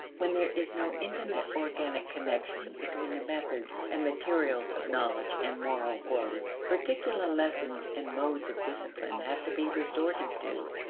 when there is no intimate organic connection between the methods and materials of knowledge and moral growth, particular lessons and modes of discipline have to be resorted to